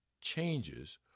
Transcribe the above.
changes